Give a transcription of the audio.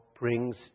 brings